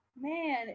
man